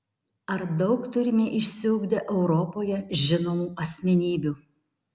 ar daug turime išsiugdę europoje žinomų asmenybių